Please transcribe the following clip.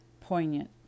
poignant